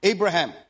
Abraham